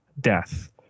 death